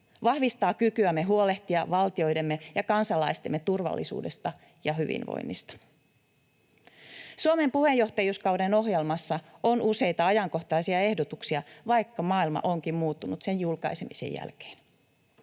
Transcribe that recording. vahvistaa kykyämme huolehtia valtioidemme ja kansalaistemme turvallisuudesta ja hyvinvoinnista. Suomen puheenjohtajuuskauden ohjelmassa on useita ajankohtaisia ehdotuksia, vaikka maailma onkin muuttunut sen julkaisemisen jälkeen.